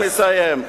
אני ממש מסיים.